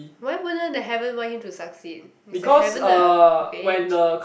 why wouldn't the heaven want him to succeed is the heaven a bitch